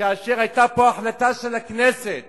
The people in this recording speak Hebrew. כאשר היתה פה החלטה של הכנסת